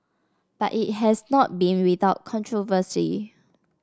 but it has not been without controversy